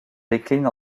décline